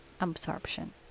absorption